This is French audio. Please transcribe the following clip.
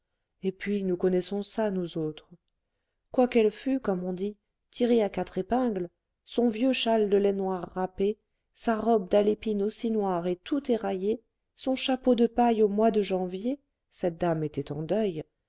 et puis nous connaissons ça nous autres quoiqu'elle fût comme on dit tirée à quatre épingles son vieux châle de laine noir râpé sa robe d'alépine aussi noire et tout éraillée son chapeau de paille au mois de janvier